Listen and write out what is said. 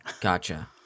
Gotcha